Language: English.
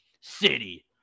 City